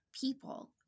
people